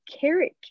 carrot